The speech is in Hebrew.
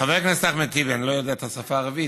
חבר הכנסת אחמד טיבי, אני לא יודע את השפה הערבית.